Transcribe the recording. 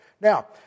Now